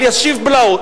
אלישיב בלאו,